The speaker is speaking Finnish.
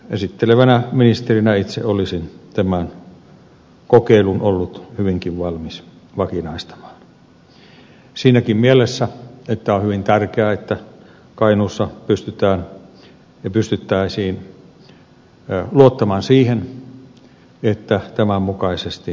esittelevänä ministerinä itse olisin tämän kokeilun ollut hyvinkin valmis vakinaistamaan siinäkin mielessä että on hyvin tärkeää että kainuussa pystytään ja pystyttäisiin luottamaan siihen että tämän mukaisesti voidaan toimia